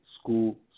school